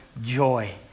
joy